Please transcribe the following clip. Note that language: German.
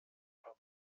paar